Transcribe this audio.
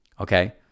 okay